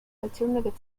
alternative